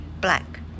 Black